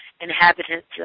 inhabitants